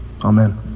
Amen